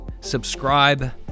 subscribe